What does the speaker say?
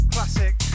Classic